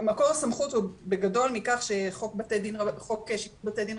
המקור הסמכות של בגדול מכך, שחוק בתי דין רבניים,